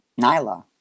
Nyla